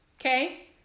okay